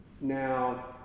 Now